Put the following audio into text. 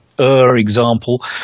example